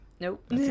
nope